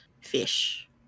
fish